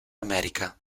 america